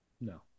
No